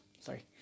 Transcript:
sorry